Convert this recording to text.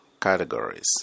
categories